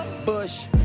Bush